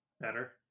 Better